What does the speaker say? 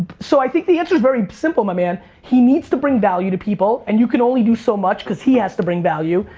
so i think the answer is very simple, my man. he needs to bring value to people, and you can only do so much, because he has to bring value.